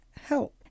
help